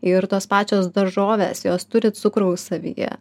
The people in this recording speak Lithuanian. ir tos pačios daržovės jos turi cukraus savyje